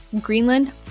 Greenland